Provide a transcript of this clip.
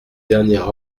dernier